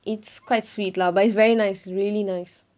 it's quite sweet lah but it's very nice really nice